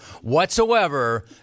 whatsoever